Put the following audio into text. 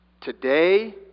today